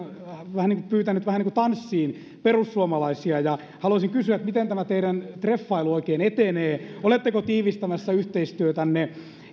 kuin pyytänyt tanssiin perussuomalaisia ja haluaisin kysyä miten tämä teidän treffailunne oikein etenee oletteko tiivistämässä yhteistyötänne